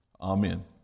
Amen